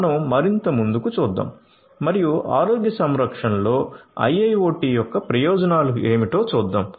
మనం మరింత ముందుకు చూద్దాం మరియు ఆరోగ్య సంరక్షణలో IIoT యొక్క ప్రయోజనాలు ఏమిటో చూద్దాం